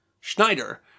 Schneider